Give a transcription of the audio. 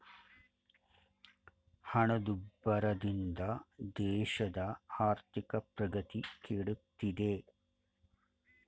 ಹಣದುಬ್ಬರದಿಂದ ದೇಶದ ಆರ್ಥಿಕ ಪ್ರಗತಿ ಕೆಡುತ್ತಿದೆ